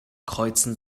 kreuzen